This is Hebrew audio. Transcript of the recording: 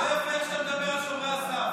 זה לא יפה איך שאתה מדבר על שומרי הסף.